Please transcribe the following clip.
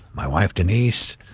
my wife denise,